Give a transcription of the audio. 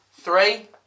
Three